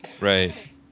right